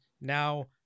now